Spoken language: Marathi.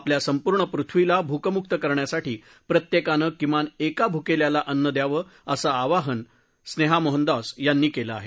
आपल्या संपूर्ण पृथ्वीला भूकमुक्त करण्यासाठी प्रत्येकानं किमान एका भूकेल्याला अन्न द्यावं असं आवाहन मोहनदॉस यांनी केलं आहे